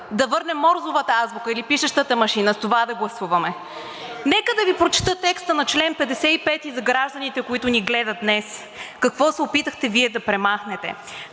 Да върнем Морзовата азбука или пишещата машина – това да гласуваме. (Реплики.) Нека да Ви прочета текста на чл. 55 за гражданите, които ни гледат днес, какво се опитахте Вие да премахнете.